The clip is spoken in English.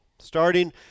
Starting